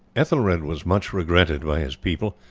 ethelred was much regretted by his people,